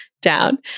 down